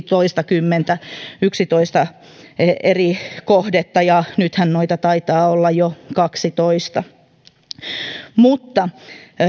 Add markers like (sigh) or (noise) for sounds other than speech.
(unintelligible) toistakymmentä yksitoista eri kohdetta ja nythän noita taitaa olla jo kaksitoista mutta